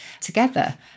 together